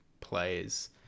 plays